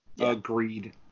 Agreed